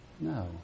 No